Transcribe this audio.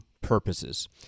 purposes—